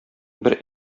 бер